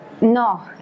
No